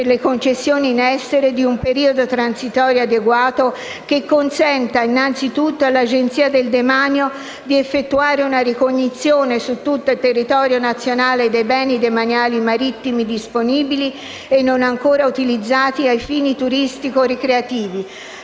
le concessioni in essere di un periodo transitorio adeguato che consenta innanzi tutto all'Agenzia del demanio di effettuare una ricognizione su tutto il territorio nazionale dei beni demaniali e marittimi disponibili e non ancora utilizzati ai fini turistico-ricreativi.